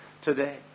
today